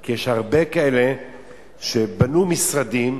כי יש הרבה כאלה שבנו משרדים,